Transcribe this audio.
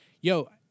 yo